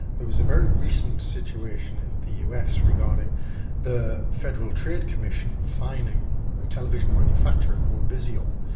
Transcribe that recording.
there was a very recent situation in the us regarding the federal trade commission fining a television manufacturer called vizio.